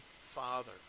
father